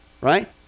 right